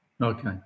Okay